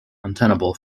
untenable